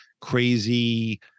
crazy